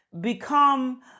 become